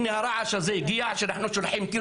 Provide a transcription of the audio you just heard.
הנה הרעש הזה הגיע כשאנחנו שולחים טיל